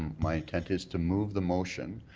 my intent is to move the motion,